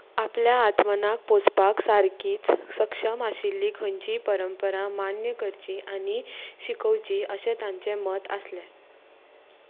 आपल्या आत्मनाक पोसपाक सारकीच सक्षम आशिल्ली खंयचीय परंपरा मान्य करची आनी शिकोवची अशें तांचें मत आसलें